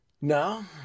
No